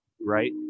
right